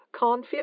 confit